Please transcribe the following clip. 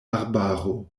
arbaro